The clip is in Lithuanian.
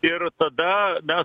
ir tada mes